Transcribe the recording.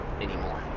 anymore